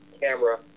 camera